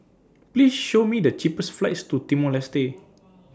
Please Show Me The cheapest flights to Timor Leste